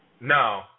No